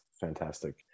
fantastic